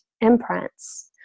imprints